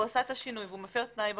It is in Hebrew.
עשה את השינוי והוא מפר תנאי ברישיון,